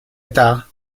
età